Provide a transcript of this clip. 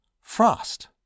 Frost